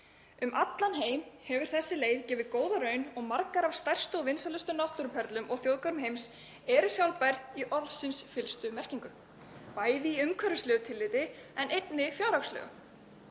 Um allan heim hefur þessi leið gefið góða raun og margar af stærstu og vinsælustu náttúruperlum og þjóðgarðar heims eru sjálfbær í orðsins fyllstu merkingu, bæði í umhverfislegu tilliti en einnig fjárhagslegu.